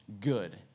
good